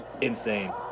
insane